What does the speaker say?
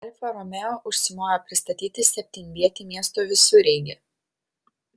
alfa romeo užsimojo pristatyti septynvietį miesto visureigį